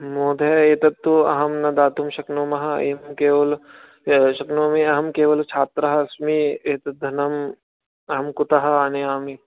महोदय एतत्तु अहं न दातुं शक्नुमः एतत् केवलं शक्नोमि अहं केवल छात्रः अस्मि एतद् धनं अहं कुतः आनयामि